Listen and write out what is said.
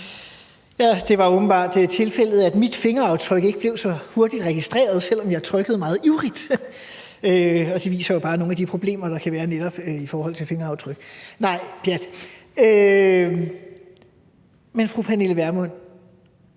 åbenbart tilfældet, at mit fingeraftryk ikke blev så hurtigt registreret, selv om jeg trykkede meget ivrigt, og det viser jo bare nogle af de problemer, der kan være netop i forhold til fingeraftryk. Nej, pjat. Fru Pernille Vermund,